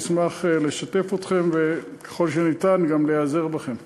אני אשמח לשתף אתכם וככל שניתן גם להיעזר בכם.